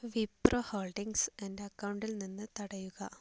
Wipro holdings എൻ്റെ അക്കൗണ്ടിൽ നിന്ന് തടയുക